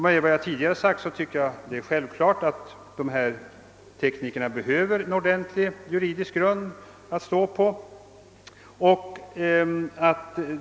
Som jag tidigare sagt tycker jag att det är självklart att de nämnda kategorierna av tekniker behöver en ordentlig juridisk grund att stå på.